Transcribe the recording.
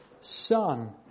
son